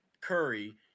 curry